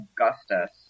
Augustus